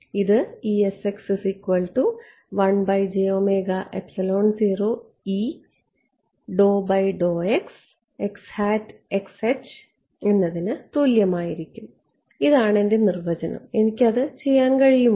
ഇത് എന്നതിന് തുല്യമായിരിക്കും ഇതാണ് എന്റെ നിർവചനം എനിക്ക് അത് ചെയ്യാൻ കഴിയുമോ